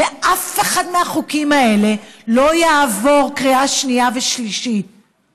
אף אחד מהחוקים האלה לא יעבור קריאה שנייה ושלישית,